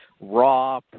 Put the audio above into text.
raw